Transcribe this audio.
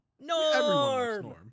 Norm